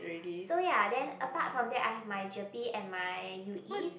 so ya then apart from that I have my gerpe and my U_Es